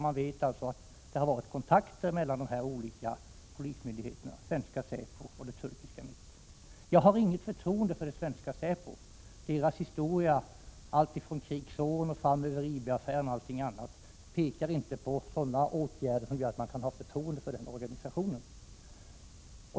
Man vet alltså att det har förekommit kontakter mellan de olika polismyndigheterna, dvs. mellan svenska säpo och turkiska MIT. Jag har inget förtroende för svenska säpo. Dess historia — från krigsåren och framöver, inkluderande IB-affären etc. — och dess åtgärder är sådana att man inte kan ha förtroende för den organisationen.